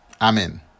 Amen